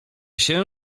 się